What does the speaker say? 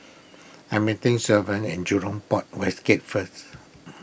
I am meeting Savion at Jurong Port West Gate first